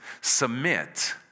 Submit